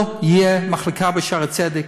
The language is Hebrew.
לא תהיה מחלקה ב"שערי צדק".